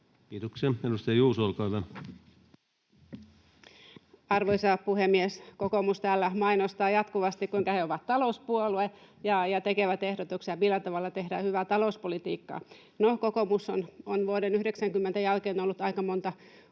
Kiitoksia. — Edustaja Juuso, olkaa hyvä. Arvoisa puhemies! Kokoomuslaiset täällä mainostavat jatkuvasti, kuinka he ovat talouspuolue ja tekevät ehdotuksia, millä tavalla tehdään hyvää talouspolitiikkaa. No, kokoomus on vuoden 1990 jälkeen ollut aika monta